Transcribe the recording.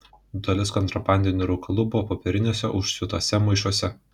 dalis kontrabandinių rūkalų buvo popieriniuose užsiūtuose maišuose